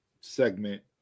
segment